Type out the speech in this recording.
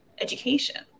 education